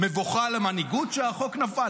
מבוכה למנהיגות שהחוק נפל?